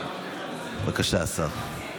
בבקשה, השר.